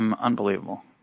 Unbelievable